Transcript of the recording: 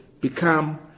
become